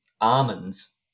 almonds